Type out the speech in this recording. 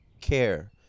care